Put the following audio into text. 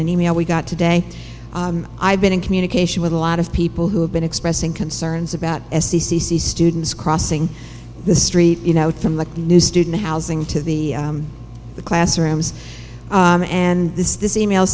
an e mail we got today i've been in communication with a lot of people who have been expressing concerns about s e c c students crossing the street you know from the new student housing to the the classrooms and this this e mail